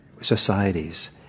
societies